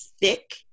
thick